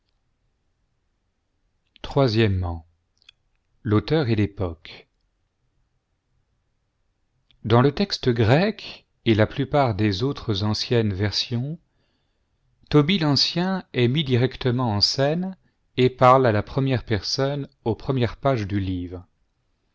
l'auteur et l'époque dans le texte grec et la plupart des autres anciennes versions tobie l'ancien est mis directement en scène et parle à la première personne aux premières pages du livre